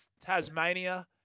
Tasmania